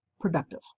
productive